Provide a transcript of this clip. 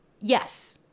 yes